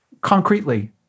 Concretely